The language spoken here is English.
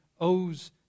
owes